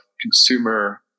consumer